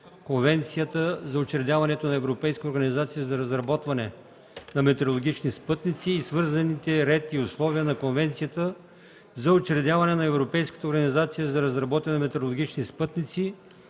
Конвенцията за учредяването на Европейска организация за разработване на метеорологични спътници (EUMETSAT) и свързаните ред и условия, на Конвенцията за учредяване на Европейската организация за разработване на метеорологични спътници